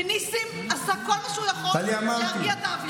וניסים עשה כל מה שהוא יכול להרגיע את האווירה,